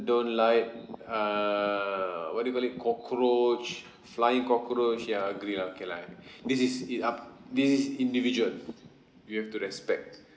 don't like err what do you call it cockroach flying cockroach ya agree lah okay lah this is it up this is individual we have to respect